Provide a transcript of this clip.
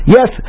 Yes